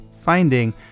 finding